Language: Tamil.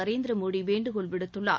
நரேந்திர மோடி வேண்டுகோள் விடுத்துள்ளார்